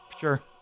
Sure